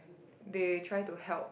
they try to help